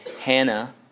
Hannah